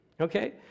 okay